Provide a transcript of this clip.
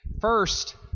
First